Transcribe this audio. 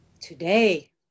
Today